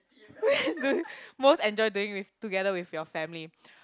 most enjoy doing with together with your family